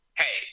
hey